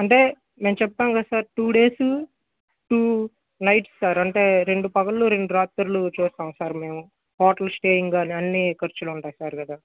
అంటే మేము చెప్తాము కదా sir two days two nights sir అంటే రెండు పగళ్ళు రెండు రాత్రులు చూస్తాం సార్ మేము హోటల్ స్టేయింగ్ కానీ అన్నీ ఖర్చులు ఉంటాయి సార్ కదా